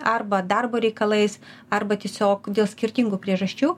arba darbo reikalais arba tiesiog dėl skirtingų priežasčių